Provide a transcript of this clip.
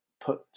put